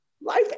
Life